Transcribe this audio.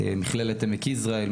מכללת עמק יזרעאל,